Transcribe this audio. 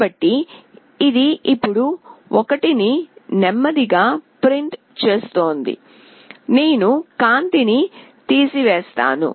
కాబట్టి ఇది ఇప్పుడు 1 ని నెమ్మదిగా ప్రింట్ చేస్తోంది నేను కాంతిని తీసివేస్తాను